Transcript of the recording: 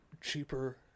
cheaper